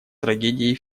трагедией